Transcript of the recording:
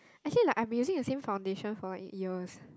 actually like I'm using the same foundation for years